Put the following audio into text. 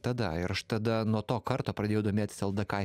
tada ir aš tada nuo to karto pradėjau domėtis ldk